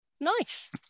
Nice